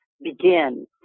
begin